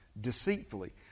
deceitfully